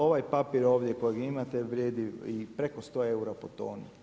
Ovaj papir ovdje kojeg imate vrijedi i preko 100 eura po toni.